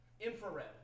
Infrared